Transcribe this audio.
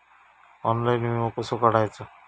Online विमो कसो काढायचो?